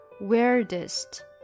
Weirdest